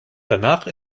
danach